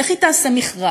איך היא תעשה מכרז,